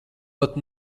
pat